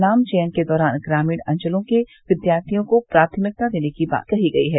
नाम चयन के दौरान ग्रामीण अंचलों के विद्यार्थियों को प्राथमिकता देने की बात कही गई है